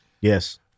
Yes